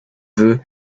the